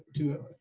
to